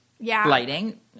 lighting